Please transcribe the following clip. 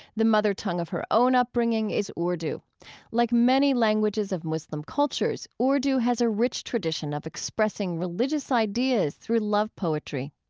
the mother tongue of her own upbringing is urdu. like many languages of muslim cultures, urdu has a rich tradition of expressing religious ideas through love poetry.